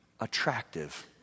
Attractive